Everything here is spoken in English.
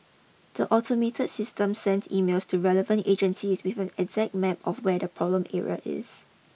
the automated system sends emails to relevant agencies with an exact map of where the problem area is